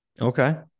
okay